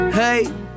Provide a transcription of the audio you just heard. Hey